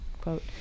quote